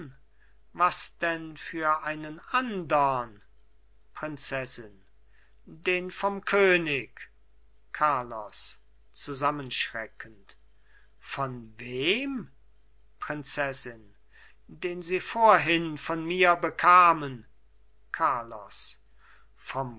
was denn für einen andern prinzessin den vom könig carlos zusammenschreckend von wem prinzessin den sie vorhin von mir bekamen carlos vom